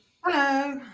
Hello